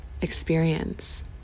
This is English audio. experience